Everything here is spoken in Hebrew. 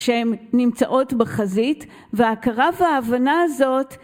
שהן נמצאות בחזית והכרה וההבנה הזאת